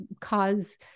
cause